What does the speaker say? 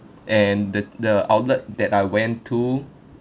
and the the outlet that I went to